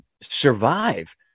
survive